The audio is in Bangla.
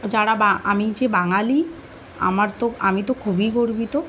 যারা বা আমি যে বাঙালি আমার তো আমি তো খুবই গর্বিত